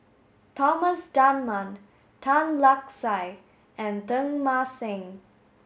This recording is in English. Thomas Dunman Tan Lark Sye and Teng Mah Seng